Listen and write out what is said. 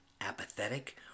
apathetic